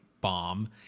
bomb